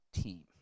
team